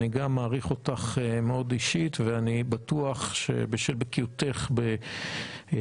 אני גם מעריך אותך מאוד אישית ואני בטוח שבשל בקיאותך בהליכות